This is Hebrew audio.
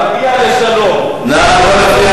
נגיע לשלום, נא לא להפריע